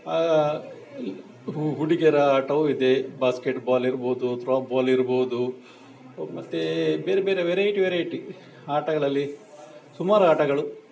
ಆ ಹುಡ್ಗಿರ ಆಟವೂ ಇದೆ ಬಾಸ್ಕೆಟ್ಬಾಲ್ ಇರ್ಬೋದು ಥ್ರೋಬಾಲ್ ಇರ್ಬೋದು ಮತ್ತೆ ಬೇರೆ ಬೇರೆ ವೆರೈಟಿ ವೆರೈಟಿ ಆಟಗಳಲ್ಲಿ ಸುಮಾರು ಆಟಗಳು